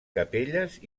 capelles